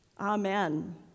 Amen